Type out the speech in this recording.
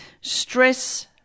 stress